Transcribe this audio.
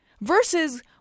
versus